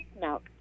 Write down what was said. milk